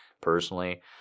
personally